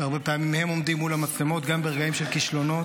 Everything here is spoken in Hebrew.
והרבה פעמים הם עומדים מול המצלמות גם ברגעים של כישלונות.